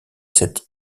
cette